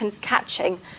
catching